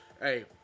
Hey